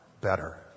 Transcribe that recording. better